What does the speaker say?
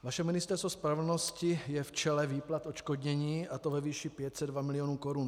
Vaše Ministerstvo spravedlnosti je v čele výplat odškodnění, a to ve výši 502 miliony korun.